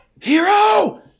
Hero